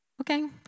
okay